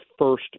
first